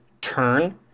turn